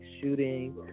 shooting